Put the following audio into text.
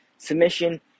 Submission